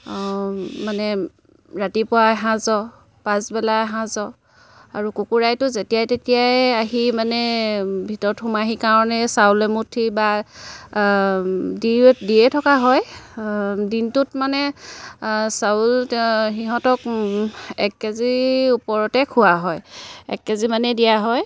মানে ৰাতিপুৱা এসাঁজৰ পাছবেলা এসাঁজৰ আৰু কুকুৰাইটো যেতিয়াই তেতিয়াই আহি মানে ভিতৰত সোমাহি কাৰণেই চাউল এমুঠি বা দি দিয়ে থকা হয় দিনটোত মানে চাউল সিহঁতক এক কেজি ওপৰতে খোৱা হয় এক কেজি মানেই দিয়া হয়